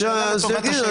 תשאל לטובת השאלה.